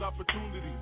opportunity